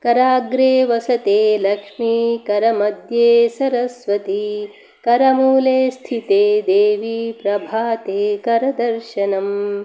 कराग्रे वसते लक्ष्मी करमध्ये सरस्वती करमूले स्थिते देवी प्रभाते करदर्शनम्